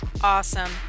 Awesome